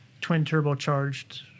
twin-turbocharged